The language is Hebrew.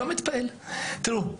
תראו,